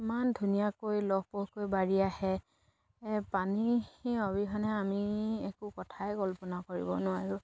ইমান ধুনীয়াকৈ লহ পহকৈ বাঢ়ি আহে পানী অবিহনে আমি একো কথাই কল্পনা কৰিব নোৱাৰোঁ